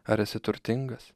ar esi turtingas